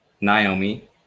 Naomi